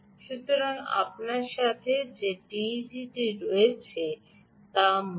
সুতরাং আমাদের সাথে যে টিইজি রয়েছে তা মূলত